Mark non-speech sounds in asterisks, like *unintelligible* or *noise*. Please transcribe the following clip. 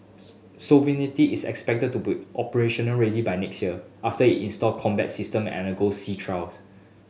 *unintelligible* sovereignty is expected to be operationally ready by next year after it install combat system undergoes sea trials